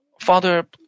Father